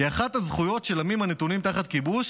היא אחת הזכויות של עמים הנתונים תחת כיבוש,